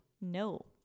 No